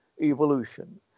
evolution